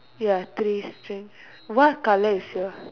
ya tree string what colour is yours